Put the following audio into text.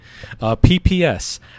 PPS